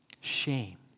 shame